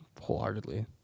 wholeheartedly